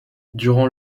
durant